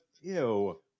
ew